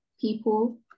people